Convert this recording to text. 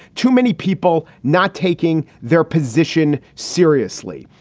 too many people not taking their position seriously.